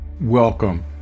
Welcome